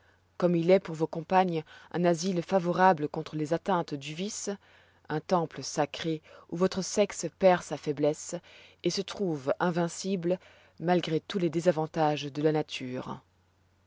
comme il est pour vos compagnes un asile favorable contre les atteintes du vice un temple sacré où votre sexe perd sa foiblesse et se trouve invincible malgré tous les désavantages de la nature